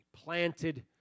planted